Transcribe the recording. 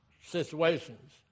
situations